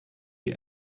die